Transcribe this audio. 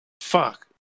fuck